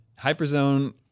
Hyperzone